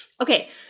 Okay